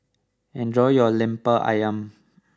enjoy your Lemper Ayam